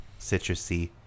citrusy